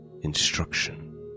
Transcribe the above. instruction